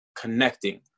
connecting